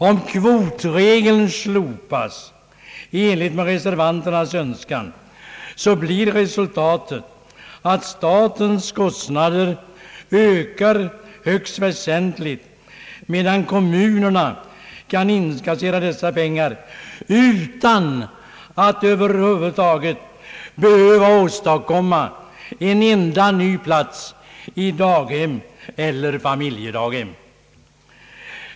Om kvotregeln slopas i enlighet med reservanternas önskan, blir resultatet att statens kostnader ökar högst väsentligt, medan kommunerna kan inkassera dessa pengar utan att över huvud taget behöva åstadkomma en enda ny plats i daghem eller familjedaghem.